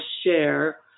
share